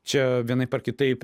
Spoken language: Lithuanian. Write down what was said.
čia vienaip ar kitaip